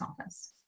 office